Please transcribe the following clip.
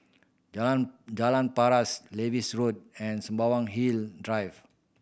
Jalan Jalan Paras Lewis Road and Sembawang Hill Drive